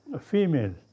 female